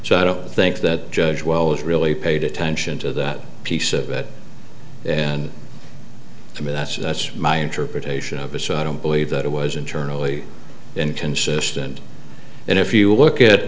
so i don't think that judge well is really paid attention to that piece of it and to me that that's my interpretation of it so i don't believe that it was internally inconsistent and if you look at